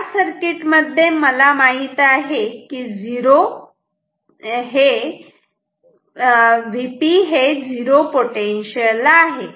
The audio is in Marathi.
या सर्किट मध्ये मला माहित आहे की हे झिरो पोटेन्शियल ला आहे